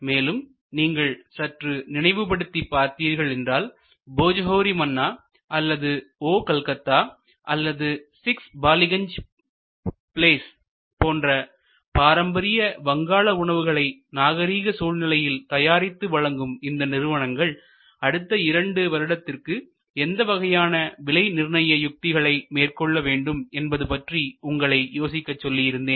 மேலும் நீங்கள் சற்று நினைவுபடுத்திப் பார்த்தீர்கள் என்றால் போஜோஹோரி மன்னா அல்லது ஓ கல்கத்தா அல்லது 6 பாலிகஞ்ச் ப்ளேஸ் போன்ற பாரம்பரிய வங்காள உணவுகளை நாகரீக சூழ்நிலையில் தயாரித்து வழங்கும் இந்த நிறுவனங்கள் அடுத்த இரண்டு வருடத்திற்கு எந்த வகையான விலை நிர்ணய யுத்திகளை மேற்கொள்ள வேண்டும் என்பது பற்றி உங்களை யோசிக்க சொல்லி இருந்தேன்